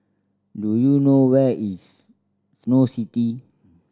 do you know where is Snow City